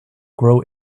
grow